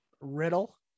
Riddle